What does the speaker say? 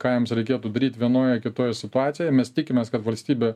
ką jiems reikėtų daryt vienoj ar kitoj situacijoj mes tikimės kad valstybė